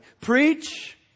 Preach